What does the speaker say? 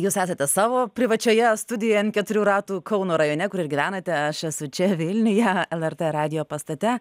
jūs esate savo privačioje studijo ant keturių ratų kauno rajone kur ir gyvenate aš esu čia vilniuje lrt radijo pastate